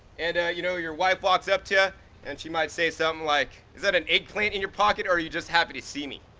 and you know your wife walks up to ya, and she might say something like, is that an eggplant in your pocket or are you just happy to see me?